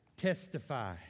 Testify